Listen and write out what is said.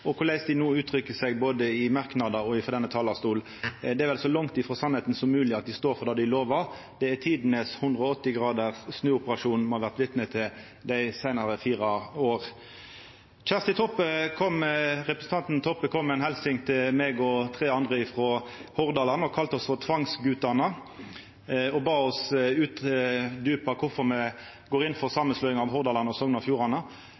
og korleis dei no uttrykkjer seg i merknader og frå denne talarstolen. Det er vel så langt frå sanninga som mogleg at dei står for det dei lovar. Det er tidenes 180-graders snuoperasjon me har vore vitne til dei siste fire åra. Representanten Toppe kom med ei helsing til meg og tre andre frå Hordaland og kalla oss for «tvangsgutane». Ho bad oss utdjupa kvifor me går inn for å slå saman Hordaland og Sogn og Fjordane.